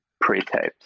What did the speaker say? pre-taped